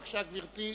בבקשה, גברתי.